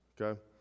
okay